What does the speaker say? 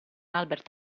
albert